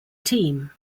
team